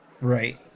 Right